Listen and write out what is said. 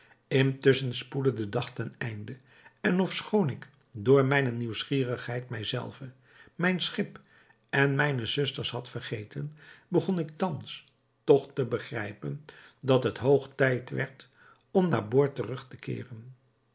intusschen spoedde de dag ten einde en ofschoon ik door mijne nieuwsgierigheid mij zelve mijn schip en mijne zusters had vergeten begon ik thans toch te begrijpen dat het hoog tijd werd om naar boord terug te keeren